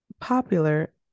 popular